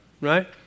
right